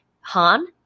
Han